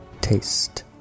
taste